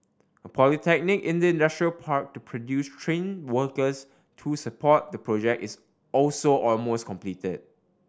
a polytechnic in the industrial park to produce trained workers to support the project is also almost completed